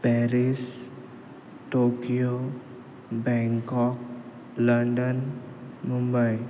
Paris Tokyo Bangkok London Mumbai